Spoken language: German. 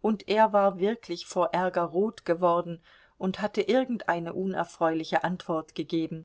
und er war wirklich vor ärger rot geworden und hatte irgendeine unfreundliche antwort gegeben